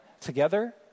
together